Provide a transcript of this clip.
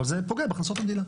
אבל זה פוגע בהכנסות המדינה.